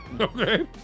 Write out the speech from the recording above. Okay